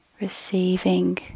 Receiving